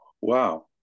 Wow